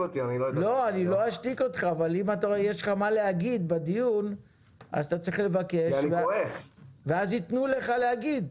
יש לך מה להגיד בדיון אתה צריך לבקש רשות דיבור ואז יתנו לך להגיד.